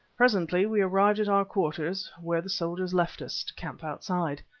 presently we arrived at our quarters, where the soldiers left us, to camp outside.